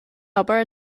obair